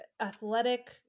athletic